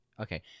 Okay